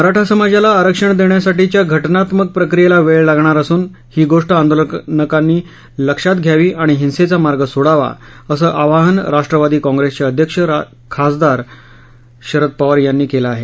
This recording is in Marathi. मराठा समाजाला आरक्षण देण्यासाठीच्या घटनात्मक प्रक्रियेला वेळ लागणार असून ही गोष्ट आंदोलकांनी लक्षात घ्यावी आणि हिंसेचा मार्ग सोडावा असं आवाहन राष्ट्रवादी काँप्रेसचे अध्यक्ष खासदार शरद पवार यांनी केलं आहे